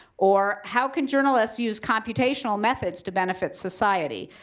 or how can journalists use computational methods to benefit society?